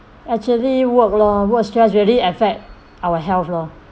actually work lor work stress really affect our health lor